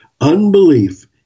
Unbelief